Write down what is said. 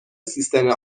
سیستم